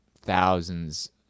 thousands